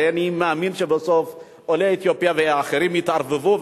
הרי אני מאמין שבסוף עולי אתיופיה ואחרים יתערבבו,